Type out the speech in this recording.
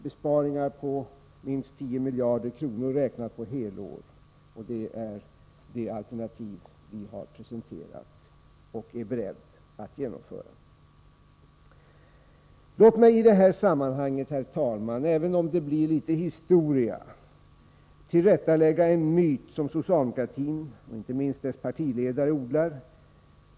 Besparingar på minst 10 miljarder kronor räknat på helår är det alternativ vi har presenterat och är beredda att genomföra. Låt mig i det här sammanhanget, herr talman, även om det blir litet historia, tillrättalägga en myt som socialdemokratin, och inte minst dess partiledare, odlar.